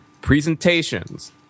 presentations